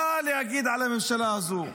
מה אגיד על הממשלה הזו?